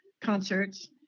concerts